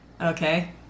Okay